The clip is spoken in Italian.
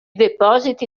depositi